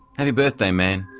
happy birthday man.